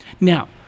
now